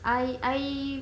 I I